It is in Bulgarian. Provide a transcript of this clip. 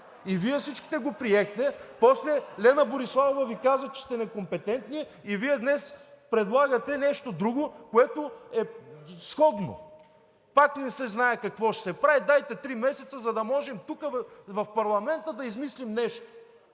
и всичките Вие го приехте. После Лена Бориславова Ви каза, че сте некомпетентни и Вие днес предлагате нещо друго, което е сходно. Пак не се знае какво ще се прави – дайте три месеца, за да можем тук, в парламента, да измислим нещо.